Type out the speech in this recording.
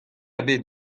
ebet